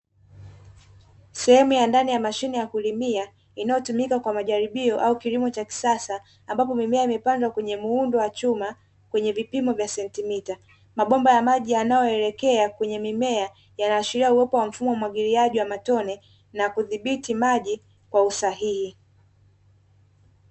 Sehemu ya ndani ya mashine ya kulimia inayotumika kwa majaribio au kilimo cha kisasa ambapo mimea imepandwa kwenye muundo wa chuma kwenye vipimo vya sentimita, mabomba ya maji yanayoelekea kwenye mimea yanaashiria uwepo wa mfumo umwagiliaji wa matone na kudhibiti maji kwa usahihi.